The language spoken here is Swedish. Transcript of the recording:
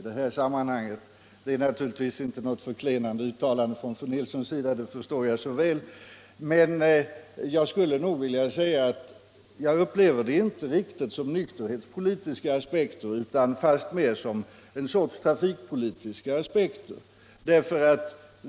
Det är naturligtvis inte något förklenande uttalande från fru Nilssons sida, det förstår jag så väl, men jag skulle nog vilja säga att jag inte riktigt upplever det som nykterhetspolitiska aspekter utan fastmer som ett trafikpolitiskt övervägande.